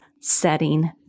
setting